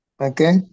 Okay